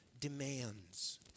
demands